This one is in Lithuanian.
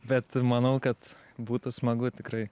bet manau kad būtų smagu tikrai